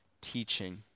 teaching